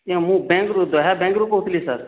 ମୁଁ ବ୍ୟାଙ୍କରୁ ବ୍ୟାଙ୍କରୁ କହୁଥିଲି ସାର୍